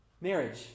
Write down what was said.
marriage